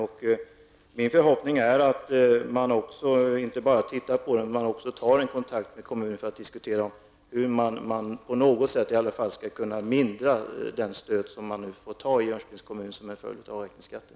Det är min förhoppning att man inte bara tittar på den, utan att man också tar kontakt med kommunen för att diskutera hur man på något sätt skall kunna mildra den stöt som man nu får ta i Jönköpings kommun som en följd av avräkningsskatten.